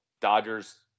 Dodgers